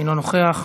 אינו נוכח.